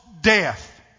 death